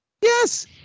Yes